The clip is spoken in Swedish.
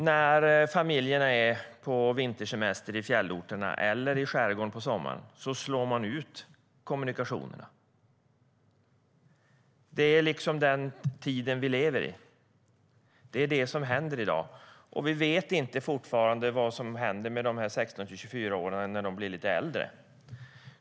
När familjer är på vintersemester i fjällorter eller i skärgården på sommaren slår de därigenom ut kommunikationerna. Det är den tiden vi lever i. Det är det som händer i dag. Vi vet fortfarande inte vad som händer med 16-24-åringarna när de blir lite äldre.